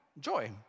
joy